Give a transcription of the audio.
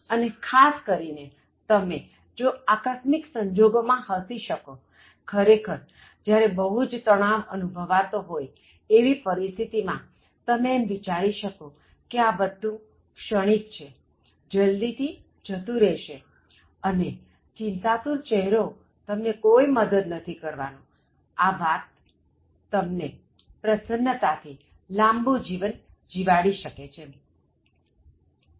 અને ખાસ કરીનેતમે જો આકસ્મિક સંજોગો માં હસી શકોખરેખર જ્યારે બહુ જ તણાવ અનુભવાતો હોયએવી પરિસ્થિતિ માં તમે એમ વિચારી શકો કે આ બધું ક્ષણિક છેજલ્દી થી જતું રહેશેઅને ચિંતાતુર ચહેરો તમને કોઇ મદદ નથી કરવાનોઆ વાત તમને પ્રસન્નતાથી લાંબુ જીવન જીવાડી શકે છે